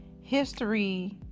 history